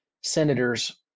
senators